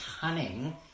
cunning